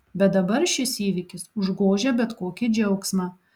bet dabar šis įvykis užgožia bet kokį džiaugsmą